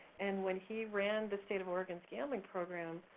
and when he ran the state of oregons' gambling program,